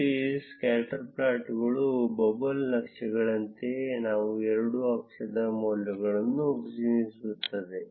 ಮತ್ತು ಈ ಸ್ಕ್ಯಾಟರ್ ಪ್ಲಾಟ್ಗಳು ಬಬಲ್ ನಕ್ಷೆಗಳಂತೆಯೇ ಅವು ಎರಡೂ ಅಕ್ಷದ ಮೌಲ್ಯಗಳನ್ನು ಪ್ರತಿನಿಧಿಸುತ್ತವೆ